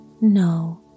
No